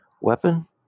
Weapon